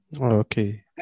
okay